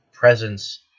presence